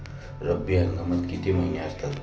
रब्बी हंगामात किती महिने असतात?